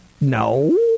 No